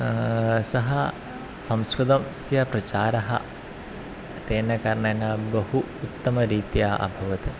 सः संस्कृतस्य प्रचारः तेन कारणेन बहु उत्तमरीत्या अभवत्